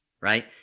right